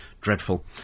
dreadful